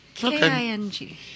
K-I-N-G